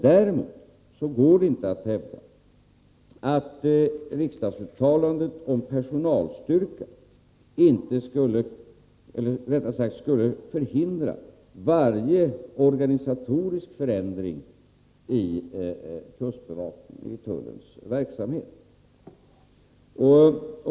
Däremot går det inte att hävda att riksdagsuttalandet om personalstyrkan skulle förhindra varje organisatorisk förändring i tullens verksamhet.